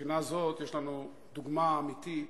מבחינה זו יש לנו דוגמה אמיתית